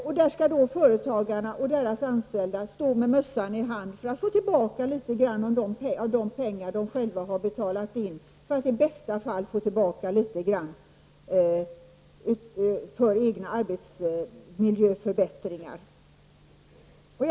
Och där skall företagarna och deras anställda stå med mössan i hand för att i bästa fall få tillbaka litet grand av de pengar de själva har betalat in.